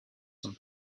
some